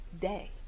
day